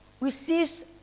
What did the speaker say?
receives